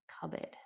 cupboard